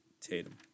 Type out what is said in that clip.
Tatum